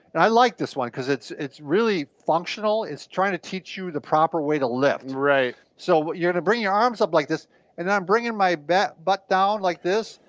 and i like this one because it's it's really functional. it's trying to teach you the proper way to lift. right. so what, you're gonna bring your arms up like this and i'm bringing my back, butt down like this.